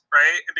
right